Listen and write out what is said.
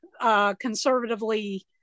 conservatively